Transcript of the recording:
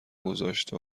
گذاشته